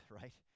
right